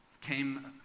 came